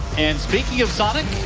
and speaking of sonic,